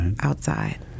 outside